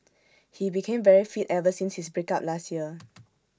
he became very fit ever since his break up last year